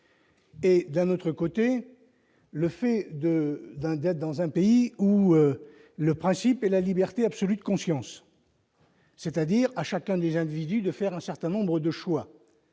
et d'un autre côté, le fait de d'un d'être dans un pays où le principe et la liberté absolue de conscience, c'est-à-dire à chacun des individus de faire un certain nombre de choix